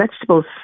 vegetables